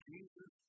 Jesus